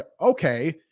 okay